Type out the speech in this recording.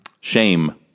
shame